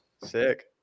sick